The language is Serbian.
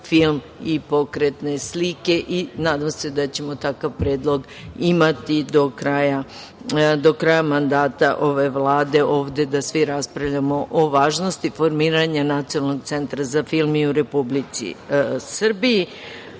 film i pokretne slike. Nadam se da ćemo takav predlog imati do kraja mandata ove Vlade, da svi ovde raspravljamo o važnosti formiranja Nacionalnog centra za film i u Republici